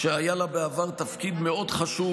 היה לה בעבר תפקיד מאוד חשוב